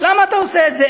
למה אתה עושה את זה?